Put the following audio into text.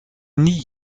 nie